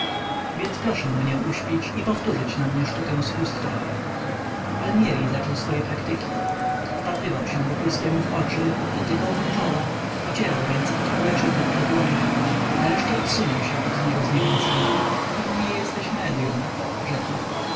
więc proszę mnie uśpić i powtórzyć na mnie sztukę z chustką palmieri zaczął swoje praktyki wpatrywał się wokulskiemu w oczy dotykał mu czoła pocierał ręce od obojczyków do dłoni nareszcie odsunął się od niego zniechęcony pan nie jesteś medyum rzekł